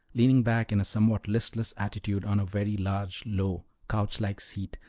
leaning back in a somewhat listless attitude, on a very large, low, couch-like seat,